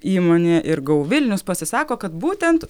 įmonė ir go vilnius pasisako kad būtent